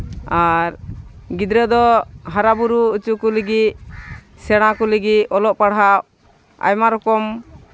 ᱟᱨ ᱜᱤᱫᱽᱨᱟᱹ ᱫᱚ ᱦᱟᱨᱟᱼᱵᱩᱨᱩ ᱦᱚᱪᱚ ᱠᱚ ᱞᱟᱹᱜᱤᱫ ᱥᱮᱬᱟ ᱠᱚ ᱞᱟᱹᱜᱤᱫ ᱚᱞᱚᱜ ᱯᱟᱲᱦᱟᱜ ᱟᱭᱢᱟ ᱨᱚᱠᱚᱢ